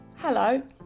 Hello